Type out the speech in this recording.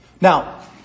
Now